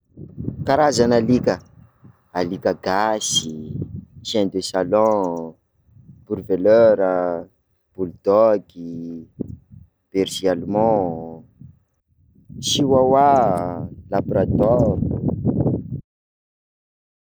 Karazana alika: alika gasy, chien de salon, rotwieller, bulldog, berger allemend, chihuahua, labrador.